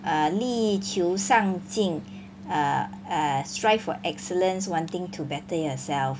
err 力求上进 err err strive for excellence wanting to better yourself